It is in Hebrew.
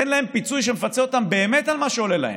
תן להם פיצוי שמפצה אותם באמת על מה שעולה להם.